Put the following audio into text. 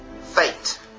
Fate